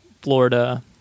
Florida